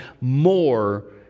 more